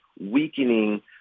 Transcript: weakening